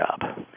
job